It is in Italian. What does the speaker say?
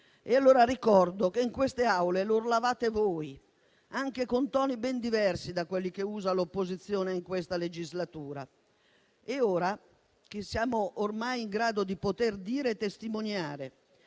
Ricordo che in queste Aule lo urlavate voi, anche con toni ben diversi da quelli che usa l'opposizione in questa legislatura. Ora che siamo ormai in grado di poter dire e testimoniare